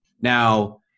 Now